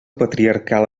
patriarcal